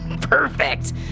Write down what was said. Perfect